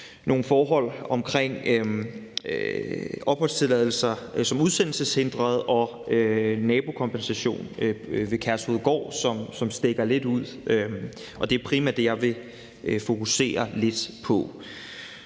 nogle forhold omkring opholdstilladelser som udsendelseshindret og nabokompensation ved Kærshovedgård, som stikker lidt ud. Det er primært det, jeg vil fokusere lidt på.